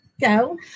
go